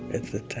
at the